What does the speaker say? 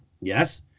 Yes